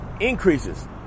increases